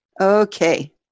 Okay